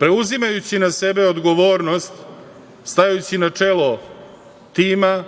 preuzimajući na sebe odgovornost, stajući na čelo tima